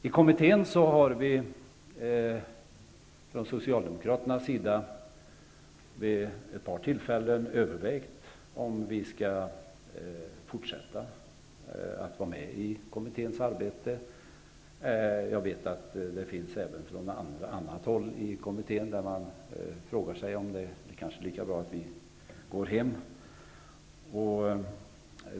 I kommittén har vi socialdemokrater vid ett par tillfällen övervägt om vi skall fortsätta att vara med i kommitténs arbete. Jag vet att även andra i kommittén frågar sig om det kanske vore lika bra att gå hem.